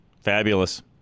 Fabulous